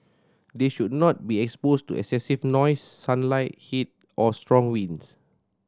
they should not be exposed to excessive noise sunlight heat or strong winds